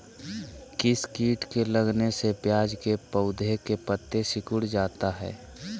किस किट के लगने से प्याज के पौधे के पत्ते सिकुड़ जाता है?